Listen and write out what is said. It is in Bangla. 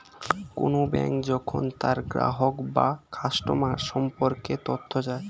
কোন ব্যাঙ্ক যখন তার গ্রাহক বা কাস্টমার সম্পর্কে তথ্য চায়